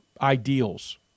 ideals